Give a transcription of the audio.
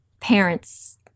parents